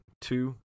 two